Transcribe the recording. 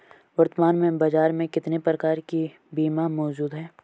वर्तमान में बाज़ार में कितने प्रकार के बीमा मौजूद हैं?